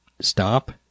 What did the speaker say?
stop